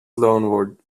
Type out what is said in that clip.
loanword